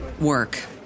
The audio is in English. work